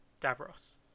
Davros